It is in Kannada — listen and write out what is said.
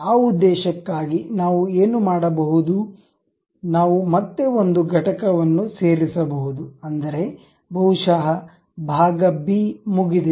ಆ ಉದ್ದೇಶಕ್ಕಾಗಿ ನಾವು ಏನು ಮಾಡಬಹುದು ನಾವು ಮತ್ತೆ ಒಂದು ಘಟಕವನ್ನು ಸೇರಿಸಬಹುದು ಅಂದರೆ ಬಹುಶಃ ಭಾಗ ಬಿ ಮುಗಿದಿದೆ